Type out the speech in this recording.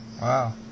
Wow